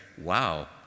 wow